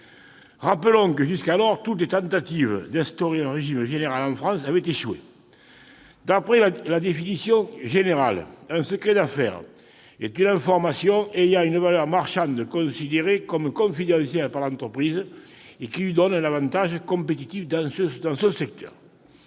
contentieuses. Jusqu'alors, toutes les tentatives d'instaurer un tel régime général en France avaient échoué. D'après la définition générale, un secret d'affaires est une information ayant une valeur marchande, considérée comme confidentielle par l'entreprise et qui lui donne un avantage compétitif dans son secteur.